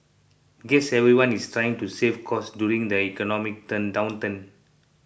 guess everyone is trying to save costs during the economic downturn